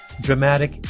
dramatic